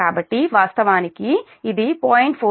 కాబట్టి వాస్తవానికి ఇది 0